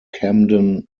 camden